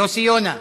יוסי יונה,